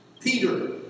Peter